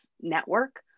network